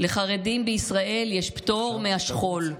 לחרדים בישראל יש פטור מהשכול.